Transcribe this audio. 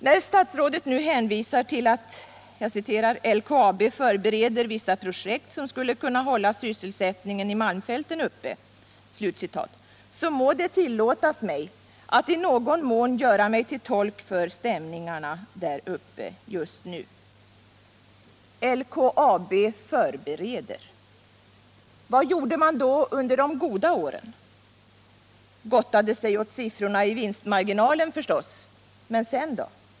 När statsrådet nu hänvisar till att ”LKAB förbereder vissa projekt som skulle kunna hålla sysselsättningen i malmfälten uppe” så må det tillåtas mig att i någon mån göra mig till tolk för stämningarna där uppe. ”LKAB förbereder”. Vad gjorde man då under de goda åren? Gottade sig åt siffrorna i vinstmarginalen, förstås, men sedan?